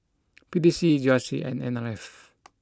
P T C G R C and N R F